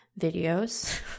videos